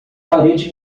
parede